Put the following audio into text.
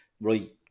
right